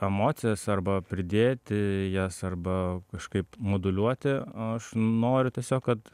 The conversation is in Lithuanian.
emocijas arba pridėti jas arba kažkaip moduliuoti aš noriu tiesiog kad